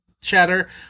chatter